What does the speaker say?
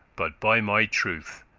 but by my truth,